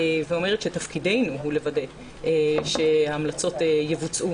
ואומרת שתפקידנו לוודא שההמלצות יבוצעו.